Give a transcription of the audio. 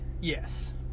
Yes